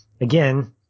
again